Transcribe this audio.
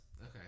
Okay